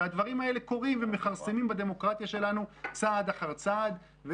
והדברים האלה קורים ומכרסמים בדמוקרטיה שלנו צעד אחר צעד,